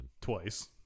Twice